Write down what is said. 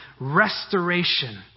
restoration